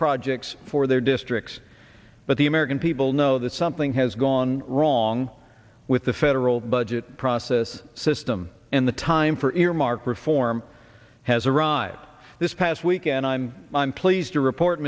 projects for their districts but the american people know that something has gone wrong with the federal budget process system and the time for earmark reform has arrived this past week and i'm i'm pleased to report